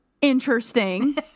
interesting